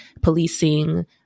policing